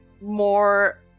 more